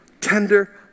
tender